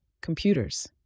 Computers